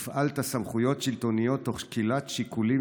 הפעלת סמכויות שלטוניות תוך שקילת שיקולים